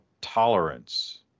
tolerance